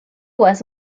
was